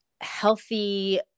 healthy